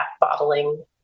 bottling